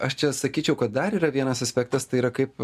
aš čia sakyčiau kad dar yra vienas aspektas tai yra kaip